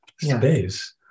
space